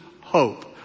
hope